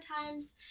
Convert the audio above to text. times